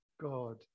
God